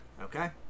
Okay